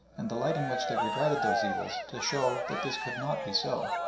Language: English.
and the light in which they regarded those evils, to show that this could not be so.